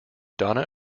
donna